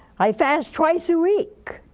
i fast twice a week,